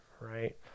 right